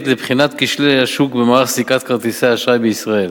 לבחינת כשלי השוק במערך סליקת כרטיסי האשראי בישראל,